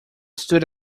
stood